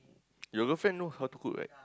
your girlfriend know how to cook right